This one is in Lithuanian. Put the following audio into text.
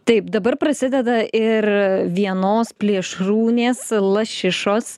taip dabar prasideda ir vienos plėšrūnės lašišos